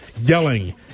yelling